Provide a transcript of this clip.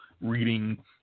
reading